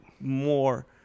more